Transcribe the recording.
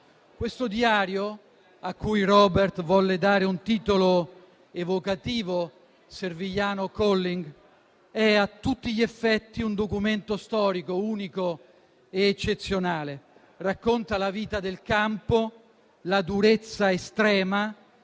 Questo diario, a cui Robert volle dare un titolo evocativo, «Servigliano Calling», è a tutti gli effetti un documento storico unico ed eccezionale: racconta la vita del campo, la durezza estrema,